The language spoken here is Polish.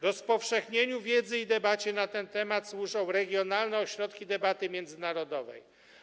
Rozpowszechnianiu wiedzy i debacie na ten temat służą regionalne ośrodki debaty międzynarodowej.